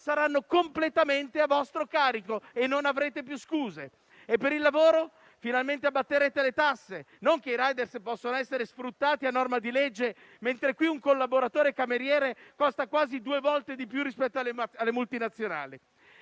saranno completamente a vostro carico e non avrete più scuse. Per il lavoro? Finalmente abbatterete le tasse, non che i *rider* possono essere sfruttati a norma di legge, mentre qui un collaboratore cameriere costa quasi due volte di più rispetto alle multinazionali.